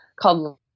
called